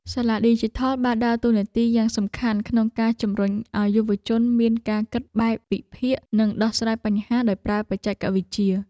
សាលាឌីជីថលបានដើរតួនាទីយ៉ាងសំខាន់ក្នុងការជំរុញឱ្យយុវជនមានការគិតបែបវិភាគ និងដោះស្រាយបញ្ហាដោយប្រើបច្ចេកវិទ្យា។